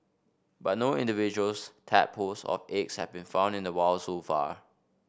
but no individuals tadpoles or eggs have been found in the wild so far